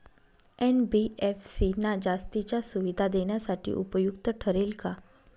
NBFC ना जास्तीच्या सुविधा देण्यासाठी उपयुक्त ठरेल का?